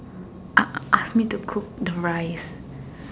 ask ask me to cook the rice